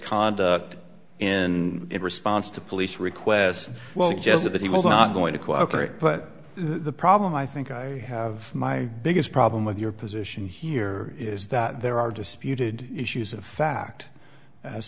conduct in response to police requests well just that that he was not going to cooperate but the problem i think i have my biggest problem with your position here is that there are disputed issues of fact as